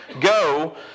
Go